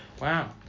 Wow